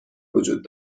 وجود